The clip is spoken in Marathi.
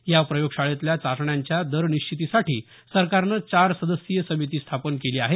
या प्रयोगशाळातल्या चाचण्यांच्या दर निश्चितीसाठी सरकारने चार सदस्यीय समिती स्थापन केली आहे